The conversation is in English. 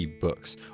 books